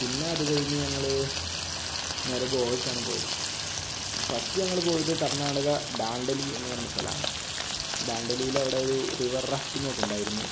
പിന്നെ അത് കഴിഞ്ഞ് ഞങ്ങൾ നേരെ ഗോവക്കാണ് പോയത് ഫസ്റ്റ് ഞങ്ങൾ പോയത് കർണാടക ഡാൻഡലി എന്ന് പറയുന്ന സ്ഥലമാണ് ഡാൻഡലിയിൽ അവിടെ ഒരു റിവർ റാഫ്റ്റിങ് ഒക്കെ ഉണ്ടായിരുന്നു